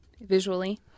visually